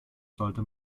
sollte